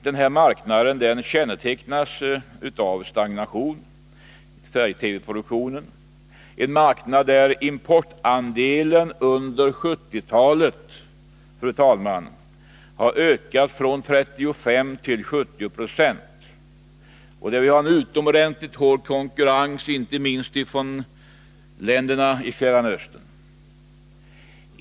Denna marknad kännetecknas av stagnation, nämligen färg-TV-produktionen en marknad där importandelen under 1970-talet, fru talman, har ökat från 35 till 70 26 och där det råder en utomordentligt hård konkurrens, inte minst från länderna i Fjärran Östern.